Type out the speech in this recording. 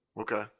Okay